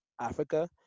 Africa